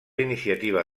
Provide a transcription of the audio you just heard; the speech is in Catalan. iniciativa